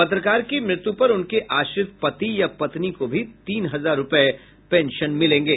पत्रकार की मृत्यु पर उनके आश्रित पति या पत्नी को भी तीन हजार रूपये पेंशन मिलेंगे